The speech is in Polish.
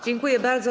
Dziękuję bardzo.